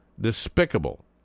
despicable